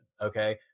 okay